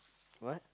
what